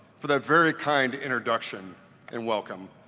for that very kind introduction and welcome.